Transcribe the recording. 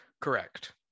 correct